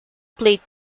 played